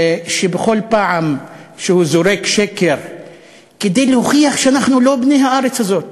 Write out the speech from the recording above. שבכל פעם הוא זורק שקר כדי להוכיח שאנחנו לא בני הארץ הזאת.